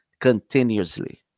continuously